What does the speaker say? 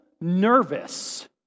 nervous